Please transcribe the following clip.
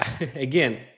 Again